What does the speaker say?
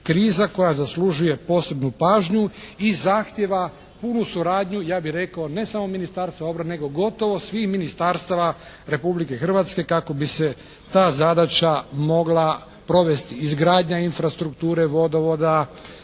kriza koja zaslužuje posebnu pažnju i zahtijeva punu suradnju ja bih rekao ne samo Ministarstva obrane, nego gotovo svih ministarstava Republike Hrvatske kako bi se ta zadaća mogla provesti, izgradnja infrastrukture, vodovoda,